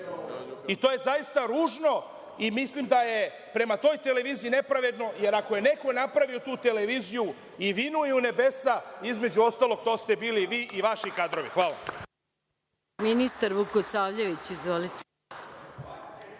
To je zaista ružno. I mislim da je prema toj televiziji nepravedno, jer ako je neko napravio tu televiziju i vinuo je u nebesa, između ostalog, to ste bili vi i vaši kadrovi. Hvala.